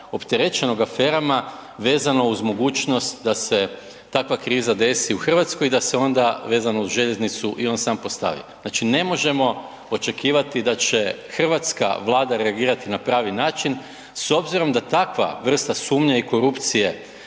opterećenog aferama vezano uz mogućnost da se takva kriza desi u Hrvatskoj i da se onda vezan uz željeznicu i on sam postavi? Znači ne možemo očekivati da će hrvatska Vlada reagirati na pravi način s obzirom da takva vrsta sumnje i korupcije